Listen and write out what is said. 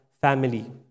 family